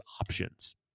options